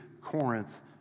Corinth